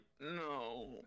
no